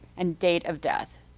and date of death.